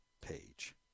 page